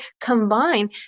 combine